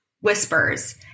whispers